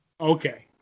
Okay